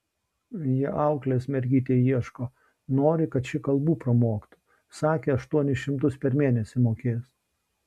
jie auklės mergytei ieško nori kad ši kalbų pramoktų sakė aštuonis šimtus per mėnesį mokės